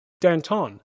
Danton